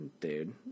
dude